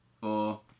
four